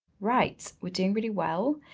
right, we're doing really well.